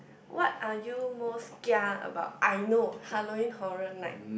what are you most kia about I know Halloween Horror Night